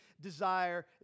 desire